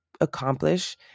accomplish